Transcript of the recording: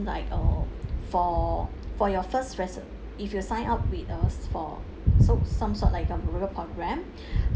like uh for for your first reser~ if you sign up with us for so some sort like um reward programme